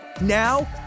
now